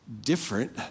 different